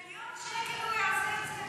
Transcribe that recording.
במיליון שקל הוא יעשה את זה?